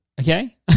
Okay